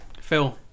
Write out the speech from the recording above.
Phil